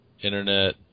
internet